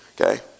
Okay